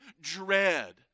dread